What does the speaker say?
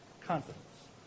confidence